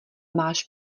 máš